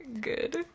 good